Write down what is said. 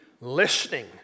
Listening